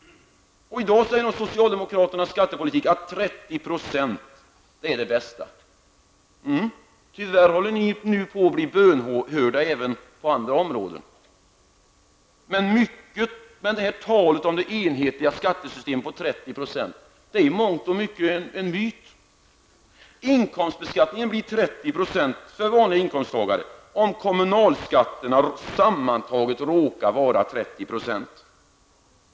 I dag är enligt socialdemokraternas skattepolitik 30 % i skatt det bästa. Tyvärr håller ni på att bli bönhörda även på andra områden. Men talet om den enhetliga skatten på 30 % är i mångt och mycket en myt. Inkomstbeskattningen blir 30 % för vanliga inkomsttagare om kommunalskatterna sammantaget råkar uppgå till just 30 %.